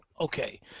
Okay